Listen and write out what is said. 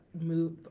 move